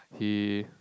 he